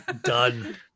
Done